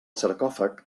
sarcòfag